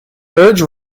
urge